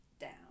down